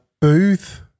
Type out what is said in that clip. Booth